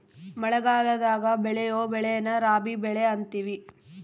ಮಳಗಲದಾಗ ಬೆಳಿಯೊ ಬೆಳೆನ ರಾಬಿ ಬೆಳೆ ಅಂತಿವಿ